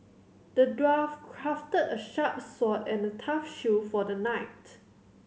the dwarf crafted a sharp sword and a tough shield for the knight